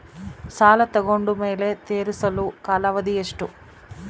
ಸಾಲ ತಗೊಂಡು ಮೇಲೆ ತೇರಿಸಲು ಕಾಲಾವಧಿ ಎಷ್ಟು?